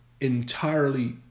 entirely